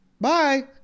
bye